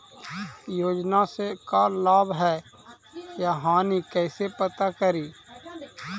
योजना से का लाभ है या हानि कैसे पता करी?